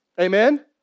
Amen